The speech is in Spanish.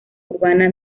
urbana